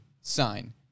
sign